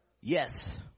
Yes